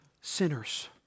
sinners